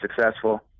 successful